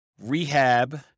Rehab